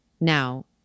Now